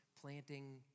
planting